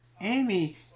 Amy